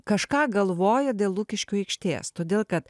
kažką galvoja dėl lukiškių aikštės todėl kad